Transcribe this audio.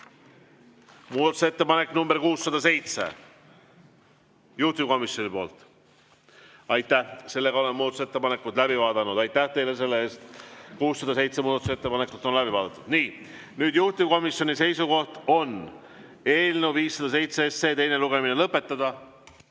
Muudatusettepanek nr 607, juhtivkomisjoni poolt. Sellega oleme muudatusettepanekud läbi vaadanud. Aitäh teile selle eest! 607 muudatusettepanekut on läbi vaadatud. Nii, nüüd juhtivkomisjoni seisukoht on eelnõu 507 teine lugemine lõpetada.